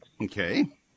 Okay